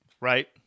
right